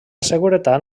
seguretat